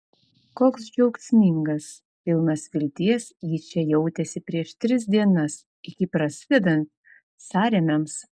koks džiaugsmingas pilnas vilties jis čia jautėsi prieš tris dienas iki prasidedant sąrėmiams